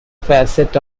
facet